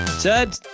Ted